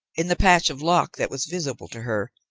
in the patch of loch that was visible to her,